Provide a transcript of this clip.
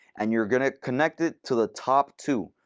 and you're going to connect it to the top two.